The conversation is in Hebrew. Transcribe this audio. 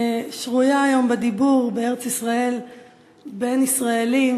שרויה היום בדיבור בארץ-ישראל בין ישראלים,